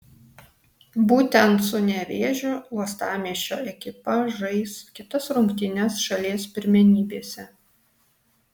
būtent su nevėžiu uostamiesčio ekipa žais kitas rungtynes šalies pirmenybėse